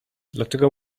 dlaczego